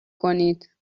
کنید